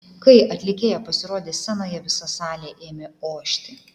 kai atlikėja pasirodė scenoje visa salė ėmė ošti